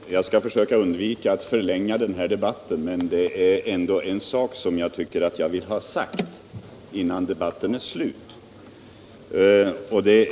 Fru talman! Jag skall försöka undvika att förlänga denna debatt, men det är ändå en sak som jag tycker jag vill ha sagt, innan debatten är slut.